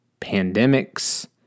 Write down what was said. pandemics